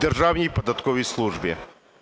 Державній податковій службі.